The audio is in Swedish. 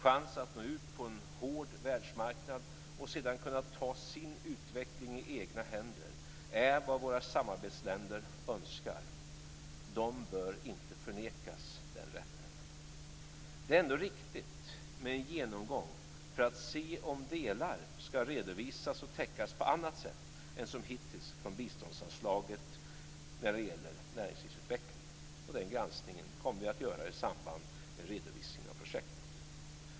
Chansen att nå ut på en hård världsmarknad och sedan kunna ta sin utveckling i egna händer är vad våra samarbetsländer önskar. De bör inte förnekas den rätten. Det är ändå riktigt med en genomgång för att se om delar ska redovisas och täckas på annat sätt än som hittills från biståndsanslaget när det gäller näringslivsutveckling. Den granskningen kommer vi att göra i samband med redovisningen av projektet.